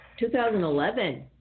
2011